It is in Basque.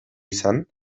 izan